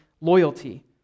loyalty